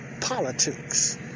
politics